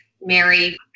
Mary